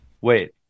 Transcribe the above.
wait